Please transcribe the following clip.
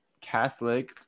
Catholic